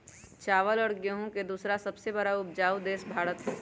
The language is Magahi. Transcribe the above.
चावल और गेहूं के दूसरा सबसे बड़ा उपजाऊ देश भारत हई